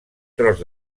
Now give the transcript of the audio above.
tros